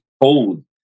cold